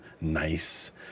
Nice